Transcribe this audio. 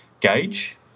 gauge